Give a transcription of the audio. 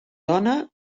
dona